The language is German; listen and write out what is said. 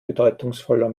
bedeutungsvoller